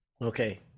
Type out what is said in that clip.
Okay